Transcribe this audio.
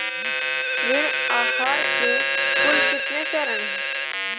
ऋण आहार के कुल कितने चरण हैं?